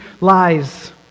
lies